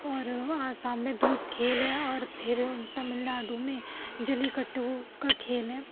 اور آسام میں دھوپ کھیل ہے اور پھر تمل ناڈو میں جلی کٹو کا کھیل ہے